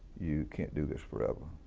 you can't do this forever.